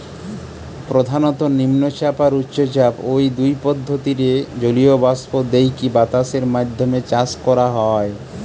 প্রধানত নিম্নচাপ আর উচ্চচাপ, ঔ দুই পদ্ধতিরে জলীয় বাষ্প দেইকি বাতাসের মাধ্যমে চাষ করা হয়